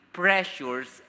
pressures